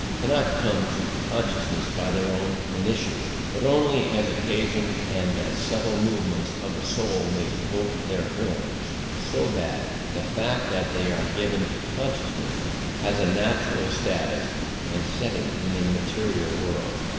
cannot come to consciousness by their own initiative, but only as occasion and the subtle movements of the soul may evoke their forms so that the fact that they are given to consciousness has a natural status and setting in the material world,